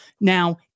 now